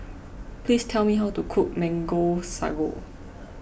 please tell me how to cook Mango Sago